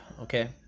okay